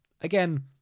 again